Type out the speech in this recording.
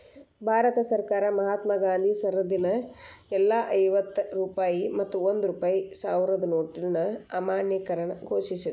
ಭಾರತ ಸರ್ಕಾರ ಮಹಾತ್ಮಾ ಗಾಂಧಿ ಸರಣಿದ್ ಎಲ್ಲಾ ಐವತ್ತ ರೂ ಮತ್ತ ಒಂದ್ ರೂ ಸಾವ್ರದ್ ನೋಟಿನ್ ಅಮಾನ್ಯೇಕರಣ ಘೋಷಿಸಿದ್ರು